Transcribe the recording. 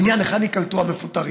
בעניין של היכן ייקלטו המפוטרים,